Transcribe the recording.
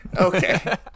Okay